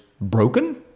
broken